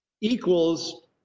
equals